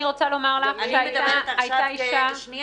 אני רוצה לומר לך שהייתה אישה --- שנייה,